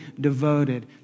devoted